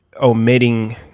omitting